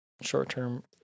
short-term